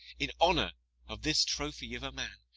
in honour of this trophy of a man,